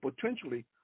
potentially